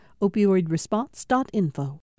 Opioidresponse.info